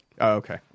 Okay